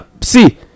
see